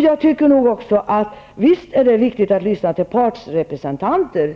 Jag tycker också att det visst är viktigt att lyssna på partsrepresentanter,